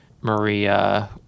Maria